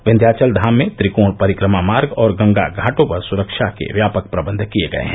विन्ध्याचल धाम में त्रिकोंण परिक्रमा मार्ग और गंगा घाटों पर सुरक्षा के व्यापक प्रबंध किये गये हैं